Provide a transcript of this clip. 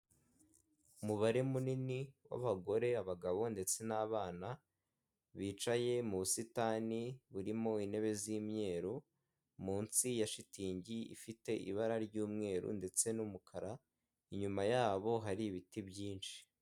Umubare munini w'abagore abagabo ndetse n'abana bicaye mu busitani burimo intebe z'imyeru, munsi ya shitingi ifite ibara ry'umweru ndetse n'umukara inyuma yabo hari ibiti byinshi.